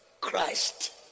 christ